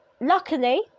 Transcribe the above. Luckily